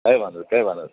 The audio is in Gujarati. કઈ વાંધો નહીં કઈ વાંધો નહીં